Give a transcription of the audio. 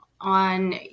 on